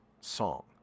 song